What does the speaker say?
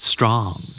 Strong